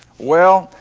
well,